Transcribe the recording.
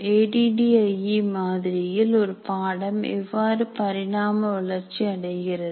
A D D I E மாதிரியில் ஒரு பாடம் எவ்வாறு பரிணாம வளர்ச்சி அடைகிறது